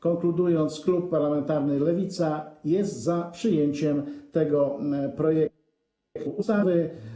Konkludując, klub parlamentarny Lewica jest za przyjęciem tego projektu ustawy.